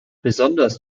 besonders